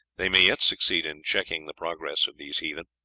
they may yet succeed in checking the progress of these heathen.